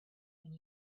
when